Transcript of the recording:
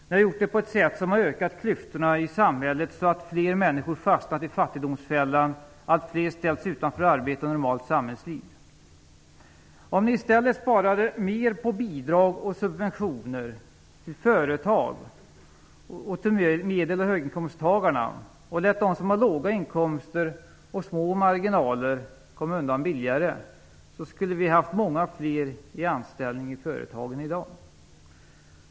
Ni har gjort det på ett sätt som har ökat klyftorna i samhället, så att fler människor fastnat i fattigdomsfällan, alltfler ställts utanför arbete och normalt samhällsliv. Om ni i stället sparade mer på bidrag och subventioner till företag och till medel och höginkomsttagarna, och lät de som har låga inkomster och små marginaler komma undan billigare, skulle vi haft många fler i anställning i företagen i dag.